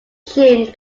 june